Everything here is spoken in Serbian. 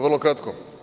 Vrlo kratko.